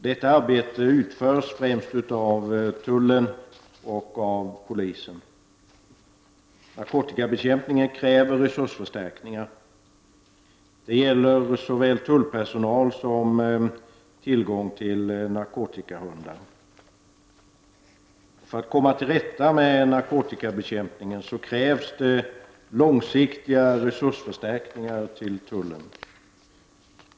Detta arbete utförs främst av tullen och av polisen. Narkotikabekämpningen kräver resursförstärkningar. Det gäller såväl mera tullpersonal som tillgång till narkotikahundar. För att man skall komma till rätta med narkotikabekämpningen krävs långsiktiga resursförstärkningar till tullen.